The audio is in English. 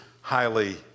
highly